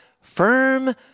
firm